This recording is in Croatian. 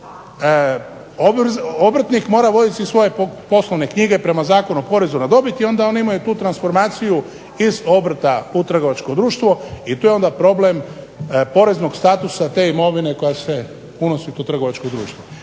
obrtnik mora voditi svoje poslovne knjige prema Zakonu o porezu na dobit i onda one imaju tu transformaciju iz obrta u trgovačko društvo. I tu je onda problem poreznog statusa te imovine koja se unosi u to trgovačko društvo.